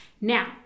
Now